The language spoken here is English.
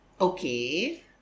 Okay